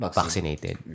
vaccinated